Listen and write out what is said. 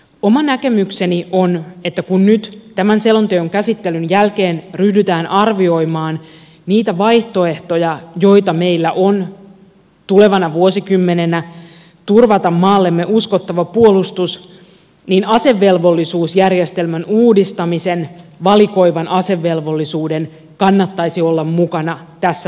oma näkemykseni on että kun nyt tämän selonteon käsittelyn jälkeen ryhdytään arvioimaan niitä vaihtoehtoja joita meillä on tulevana vuosikymmenenä turvata maallemme uskottava puolustus niin asevelvollisuusjärjestelmän uudistamisen valikoivan asevelvollisuuden kannattaisi olla mukana tässä tarkastelussa